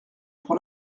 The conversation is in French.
pour